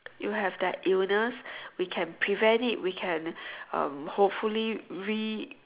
you have that illness we can prevent it we can uh hopefully re